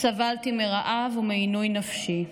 סבלתי מרעב ומעינוי נפשי.